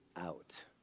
out